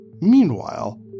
Meanwhile